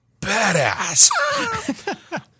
badass